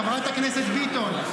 חברת הכנסת ביטון,